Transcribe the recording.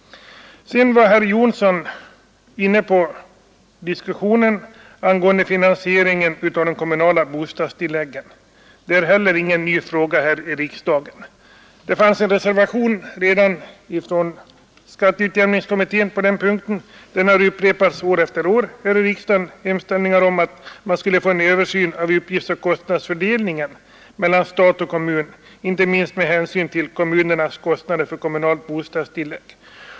Sedan var herr Jonsson i Mora inne på finansieringen av de kommunala bostadstilläggen. Det är heller ingen ny fråga här i riksdagen. Det fanns en reservation redan från skatteutjämningskommittén på den punkten. År efter år har här i riksdagen gjorts hemställan om en översyn av kostnadsfördelningen mellan stat och kommun, inte minst med hänsyn till kommunernas kostnader för kommunala bostadstillägg.